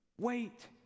Wait